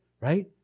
right